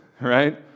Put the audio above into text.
right